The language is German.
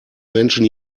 menschen